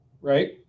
right